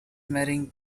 marrying